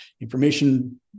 information